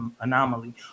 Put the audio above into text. anomaly